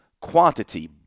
quantity